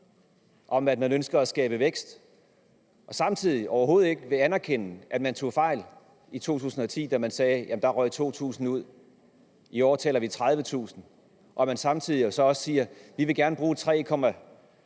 om, at man ønsker at skabe vækst, men samtidig vil man overhovedet ikke anerkende, at man tog fejl i 2010, da man sagde, at der røg 2.000 ud. I dag taler vi om 30.000! Samtidig siger man også, at man gerne vil bruge 3,3